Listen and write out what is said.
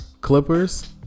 Clippers